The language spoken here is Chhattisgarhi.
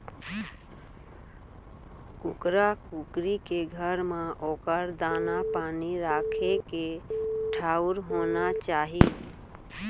कुकरा कुकरी के घर म ओकर दाना, पानी राखे के ठउर होना चाही